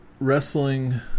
wrestling